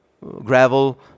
gravel